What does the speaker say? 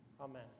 Amen